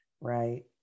Right